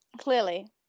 Clearly